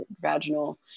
vaginal